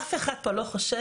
אף אחד פה לא חושב